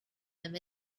them